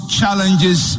challenges